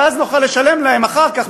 ואז נוכל לשלם להם אחר כך,